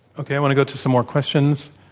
okay. i want to go to some more questions.